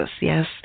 Yes